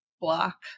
block